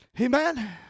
Amen